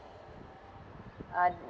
uh